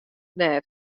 net